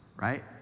right